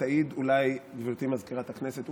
ותעיד אולי גברתי מזכירת הכנסת,